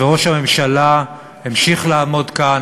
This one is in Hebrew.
וראש הממשלה המשיך לעמוד כאן,